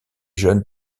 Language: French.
jeunes